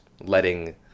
letting